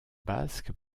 basque